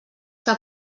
que